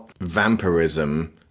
Vampirism